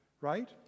right